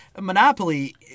Monopoly